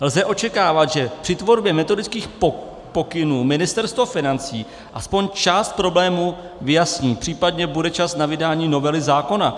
Lze očekávat, že při tvorbě metodických pokynů Ministerstvo financí aspoň část problémů vyjasní, případně bude čas na vydání novely zákona.